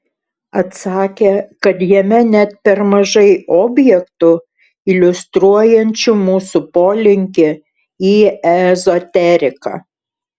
atsakė kad jame net per mažai objektų iliustruojančių mūsų polinkį į ezoteriką